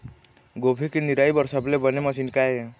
गोभी के निराई बर सबले बने मशीन का ये?